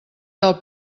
del